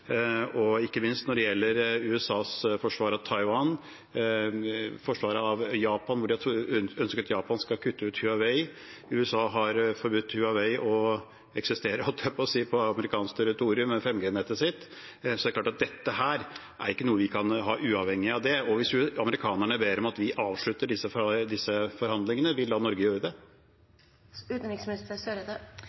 ikke minst når det gjelder USAs forsvar av Taiwan, forsvaret av Japan, hvor de har ønsket at Japan skal kutte ut Huawei. USA har nærmest forbudt Huawei å eksistere på amerikansk territorium med 5G-nettet sitt, så det er klart at dette er ikke noe vi kan ha, uavhengig av det. Hvis amerikanerne ber om at vi avslutter disse forhandlingene, vil Norge da gjøre det?